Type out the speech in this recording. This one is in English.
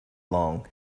long